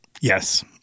Yes